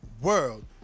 world